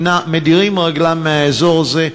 מדירים רגלם מהאזור הזה,